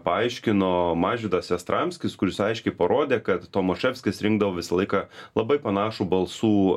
paaiškino mažvydas jastramskis kuris aiškiai parodė kad tomaševskis rinkdavo visą laiką labai panašų balsų